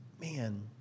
Man